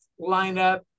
lineup